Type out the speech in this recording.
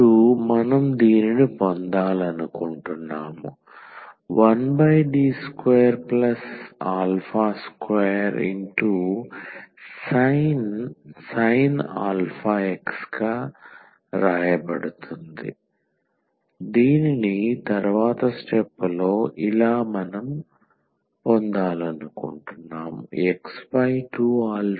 ఇప్పుడు మనం దీనిని పొందాలనుకుంటున్నాము 1D22sin αx imagx2αsin αx ix2αcos αx